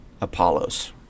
Apollos